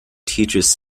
teaches